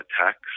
attacks